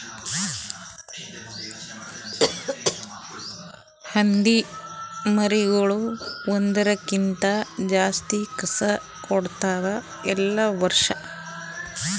ಹಂದಿ ಮರಿಗೊಳ್ ಒಂದುರ್ ಕ್ಕಿಂತ ಜಾಸ್ತಿ ಕಸ ಕೊಡ್ತಾವ್ ಎಲ್ಲಾ ವರ್ಷ